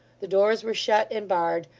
the doors were shut and barred,